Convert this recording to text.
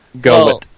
go